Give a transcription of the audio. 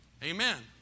Amen